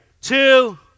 two